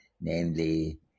Namely